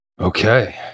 Okay